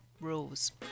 rules